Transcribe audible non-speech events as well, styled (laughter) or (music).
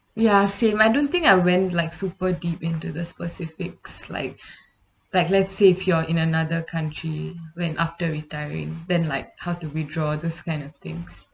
ya same I don't think I went like super deep into the specific it's like (breath) like let's say if you're in another country when after retiring then like how to withdraw this kind of things